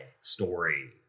story